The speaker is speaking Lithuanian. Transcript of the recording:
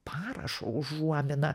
parašo užuominą